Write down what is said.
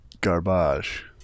Garbage